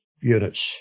units